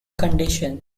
condition